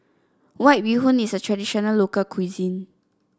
White Bee Hoon is a traditional local cuisine